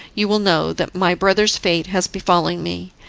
you will know that my brother's fate has befallen me.